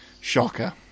Shocker